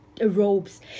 robes